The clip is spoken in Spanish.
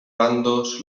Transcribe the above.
bandos